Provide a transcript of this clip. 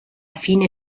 fine